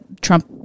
Trump